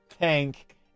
Tank